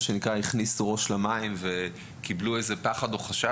הכניסו ראש למים וקיבלו איזה פחד או חשש.